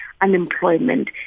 unemployment